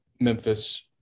Memphis